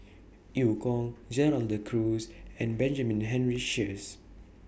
EU Kong Gerald De Cruz and Benjamin Henry Sheares